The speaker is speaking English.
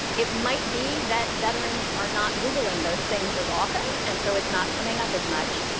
it might be that veterans are not googling those things as often. and so it's not coming up as much.